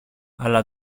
αλλά